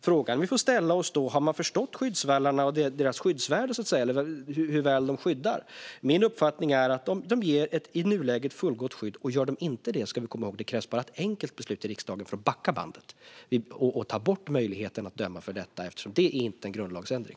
Frågan vi får ställa oss är om man har förstått skyddsvallarna och deras skyddsvärde. Min uppfattning är att de i nuläget ger ett fullgott skydd. Om de inte gör det krävs det bara ett enkelt beslut i riksdagen för att backa bandet och ta bort möjligheten att döma i frågan. Det är inte fråga om en grundlagsändring.